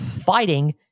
fighting